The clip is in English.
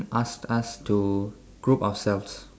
asked us to group ourselves